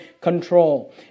control